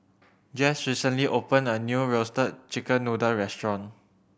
Jess recently opened a new Roasted Chicken Noodle restaurant